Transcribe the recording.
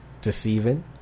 deceiving